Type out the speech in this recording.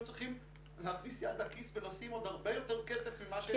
צריכים להכניס יד לכיס ולשים עוד הרבה יותר כסף ממה שהם תכננו.